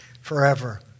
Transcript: forever